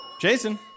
Jason